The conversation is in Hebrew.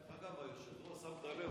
דרך אגב, היושב-ראש, שמת לב?